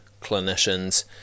clinicians